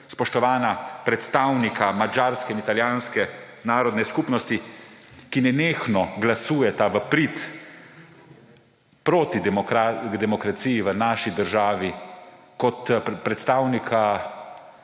Spoštovana predstavnika madžarske in italijanske narodne skupnost, ki nenehno glasujeta proti demokraciji v naši državi kot predstavnika